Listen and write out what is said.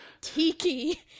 Tiki